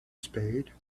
spade